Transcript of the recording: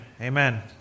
amen